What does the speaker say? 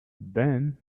then